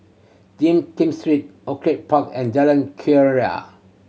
Jin Kim Street Orchid Park and Jalan Keria